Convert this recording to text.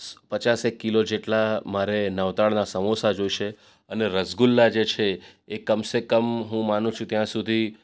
પચાસેક kilo જેટલા મારે નવતાડનાં સમોસા જોઈશે અને રસગુલ્લા જે છે એ કમસેકમ હું માનું છું ત્યાં સુધી